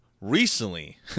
recently